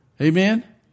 Amen